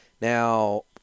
Now